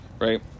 right